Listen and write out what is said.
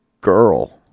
girl